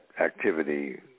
activity